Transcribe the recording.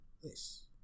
yes